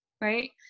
right